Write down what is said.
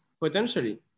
potentially